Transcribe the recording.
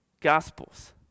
Gospels